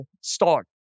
start